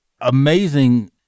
amazing